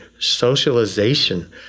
socialization